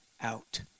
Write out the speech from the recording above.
out